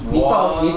what